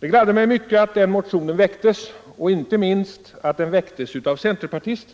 Det gladde mig mycket att den motionen väcktes och inte minst att det var centerpartister som stod bakom den.